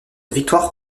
victoire